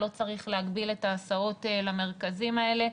לא צריך להגביל את ההסעות למרכזים האלה,